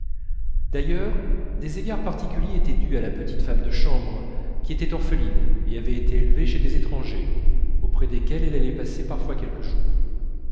d'ailleurs des égards particuliers étaient dus à la petite femme de chambre qui était orpheline et avait été élevée chez des étrangers auprès desquels elle allait parfois passer quelques jours